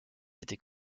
était